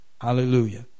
hallelujah